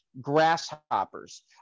grasshoppers